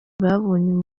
babonye